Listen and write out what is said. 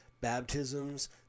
baptisms